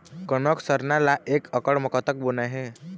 कनक सरना ला एक एकड़ म कतक बोना हे?